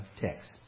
text